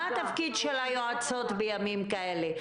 מה התפקיד של היועצות בימים כאלה?